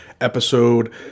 episode